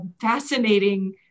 fascinating